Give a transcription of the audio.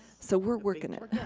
so we're working